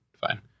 Fine